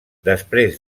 després